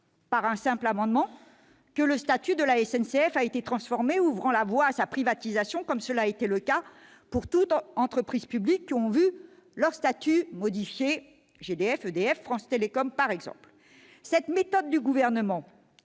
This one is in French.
par un simple amendement que le statut de la SNCF a été transformé, ce qui ouvre la voie à sa privatisation, comme cela a été le cas pour toutes les entreprises publiques qui ont vu leur statut modifié- GDF, EDF ou France Télécom, par exemple. C'est vrai ! Cette méthode du Gouvernement,